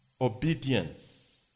obedience